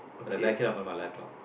but i back it up on my laptop